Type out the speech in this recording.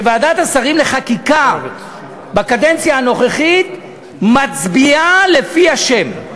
שוועדת השרים לחקיקה בקדנציה הנוכחית מצביעה לפי השם,